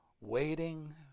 waiting